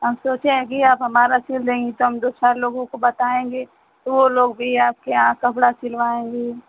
हम सोचे हैं कि आप हमारा सिल देंगी तो हम दूसरा लोगों को बताएँगे तो वो लोग भी आपके यहाँ कपड़ा सिलवाएँगे